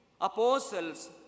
apostles